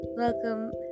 Welcome